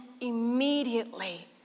immediately